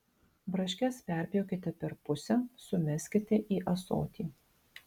braškes perpjaukite per pusę sumeskite į ąsotį